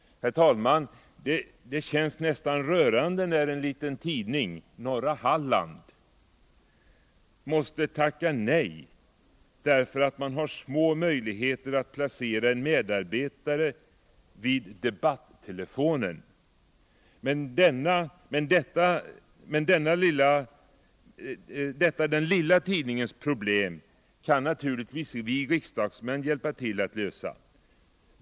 Herr talman! Det känns nästan rörande när en liten tidning, Norra Halland, måste tacka nej därför att den har små möjligheter att placera en medarbetare vid debatt-telefonen. Men detta den lilla tidningens problem kan naturligtvis vi riksdagsmän hjälpa till att lösa.